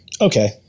Okay